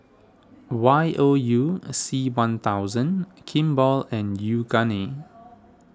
Y O U C one thousand Kimball and Yoogane